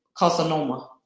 carcinoma